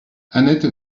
annette